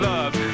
Love